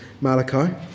Malachi